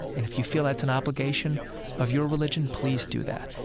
and if you feel that's an obligation of your religion, please do that.